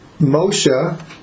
Moshe